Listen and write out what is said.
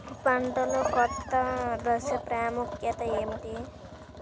పంటలో కోత దశ ప్రాముఖ్యత ఏమిటి?